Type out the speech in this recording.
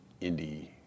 indie